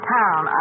town